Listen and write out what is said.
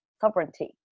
sovereignty